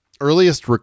Earliest